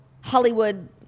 Hollywood